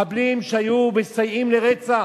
מחבלים שהיו מסייעים לרצח.